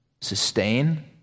sustain